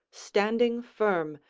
standing firm,